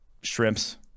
Shrimps